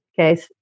Okay